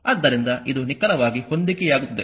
ಆದ್ದರಿಂದ ಇದು ನಿಖರವಾಗಿ ಹೊಂದಿಕೆಯಾಗುತ್ತದೆ